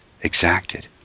exacted